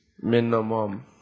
Minimum